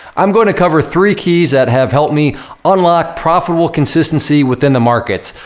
i'm going to cover three keys that have helped me unlock profitable consistency within the markets.